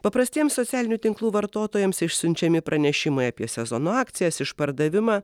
paprastiems socialinių tinklų vartotojams išsiunčiami pranešimai apie sezono akcijas išpardavimą